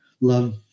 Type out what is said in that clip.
love